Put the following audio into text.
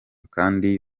kandi